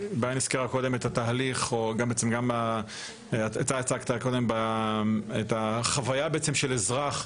ביאן הזכירה קודם את התהליך וגם אתה הצגת קודם את החוויה של האזרח.